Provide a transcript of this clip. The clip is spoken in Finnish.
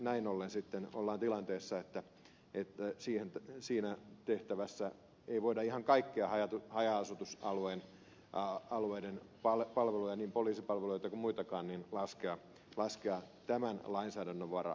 näin ollen sitten ollaan tilanteessa että siinä tehtävässä ei voida ihan kaikkea haja asutusalueiden palveluja niin poliisipalveluita kuin muitakaan laskea tämän lainsäädännön varaan